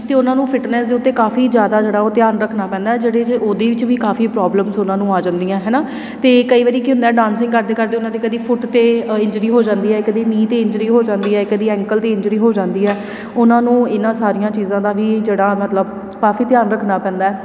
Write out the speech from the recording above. ਅਤੇ ਉਹਨਾਂ ਨੂੰ ਫਿਟਨੈਸ ਦੇ ਉੱਤੇ ਕਾਫੀ ਜ਼ਿਆਦਾ ਜਿਹੜਾ ਉਹ ਧਿਆਨ ਰੱਖਣਾ ਪੈਂਦਾ ਜਿਹੜੇ ਜੇ ਉਹਦੇ ਵਿੱਚ ਵੀ ਕਾਫੀ ਪ੍ਰੋਬਲਮਸ ਉਹਨਾਂ ਨੂੰ ਆ ਜਾਂਦੀਆਂ ਹੈ ਨਾ ਅਤੇ ਕਈ ਵਾਰੀ ਕੀ ਹੁੰਦਾ ਡਾਂਸਿੰਗ ਕਰਦੇ ਕਰਦੇ ਉਹਨਾਂ ਦੇ ਕਦੀ ਫੁੱਟ 'ਤੇ ਇੰਜਰੀ ਹੋ ਜਾਂਦੀ ਹੈ ਕਦੀ ਨੀਂ 'ਤੇ ਇੰਜਰੀ ਹੋ ਜਾਂਦੀ ਹੈ ਕਦੀ ਐਂਕਲ 'ਤੇ ਇੰਜਰੀ ਹੋ ਜਾਂਦੀ ਹੈ ਉਹਨਾਂ ਨੂੰ ਇਹਨਾਂ ਸਾਰੀਆਂ ਚੀਜ਼ਾਂ ਦਾ ਵੀ ਜਿਹੜਾ ਮਤਲਬ ਕਾਫੀ ਧਿਆਨ ਰੱਖਣਾ ਪੈਂਦਾ